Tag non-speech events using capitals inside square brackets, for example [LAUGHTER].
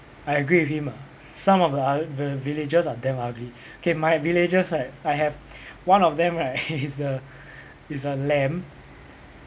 I agree with him ah some of the uh the villagers are damn ugly K my villagers right I have one of them right [LAUGHS] is a is a lamb